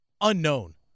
unknown